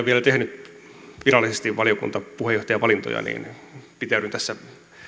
vielä tehnyt virallisesti valiokuntapuheenjohtajavalintoja niin pitäydyn tässä